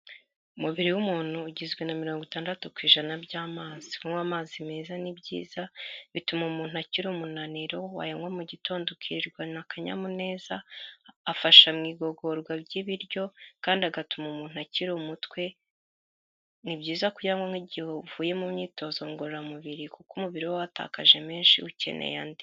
Umubiri w'umuntu ugizwe na mirongo itandatu ku ijana by'amazi. Kunywa amazi meza ni byiza, bituma umuntu akiri umunaniro, wayanywa mu gitondo ukirirwana akanyamuneza, afasha mu igogorwa ry'ibiryo kandi agatuma umuntu akira umutwe. Ni byiza kuyanywa nk'igihe uvuye mu myitozo ngororamubiri kuko umubiri uba watakaje menshi, ukeneye andi.